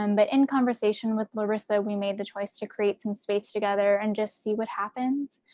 um but in conversation with larissa we made the choice to create some space together and just see what happens.